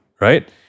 right